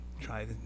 try